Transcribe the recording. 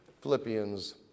Philippians